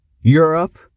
Europe